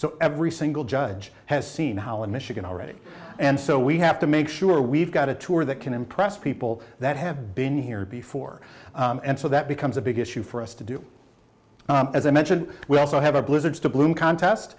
so every single judge has seen how in michigan already and so we have to make sure we've got a tour that can impress people that have been here before and so that becomes a big issue for us to do as i mentioned we also have a blizzard to bloom contest